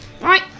Right